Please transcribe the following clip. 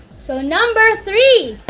so number three?